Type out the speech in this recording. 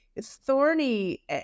thorny